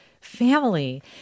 family